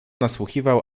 nasłuchiwał